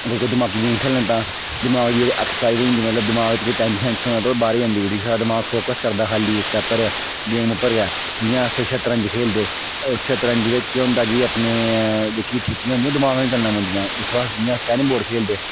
अगर कोई दिमागी गेम खेली लैंदा दिमाग गी इक ऐक्सरसाइज होई जंदी मतलब कि दिमाग च कोई टेंशन होऐ ते ओह् बाहरे गी आई जंदी साढ़ा दिमाग फोकस करदा खाली उसदे उपर गेम उपर गै जियां अस संतरज खेलदे संतरज च केह् होंदा कि अपने जेहकी ठीह्पियां होंदी ओह् दिमाग कन्नै चलना पौंदिया अस जियां कैरमवोट खेलदे